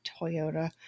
Toyota